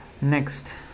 Next